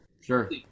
Sure